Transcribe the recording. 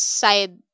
side